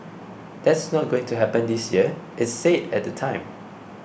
that's not going to happen this year it said at the time